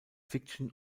fiction